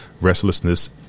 restlessness